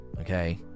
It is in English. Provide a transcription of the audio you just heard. okay